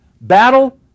battle